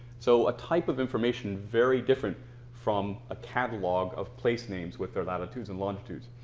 so a type of information very different from a catalog of placenames with their latitudes and longitudes.